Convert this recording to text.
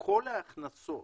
כל ההכנסות